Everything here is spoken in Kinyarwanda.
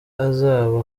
azaba